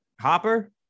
Hopper